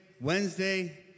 Wednesday